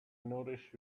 nourish